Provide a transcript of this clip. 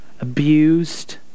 abused